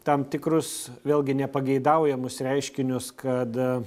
tam tikrus vėlgi nepageidaujamus reiškinius kad